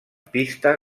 pista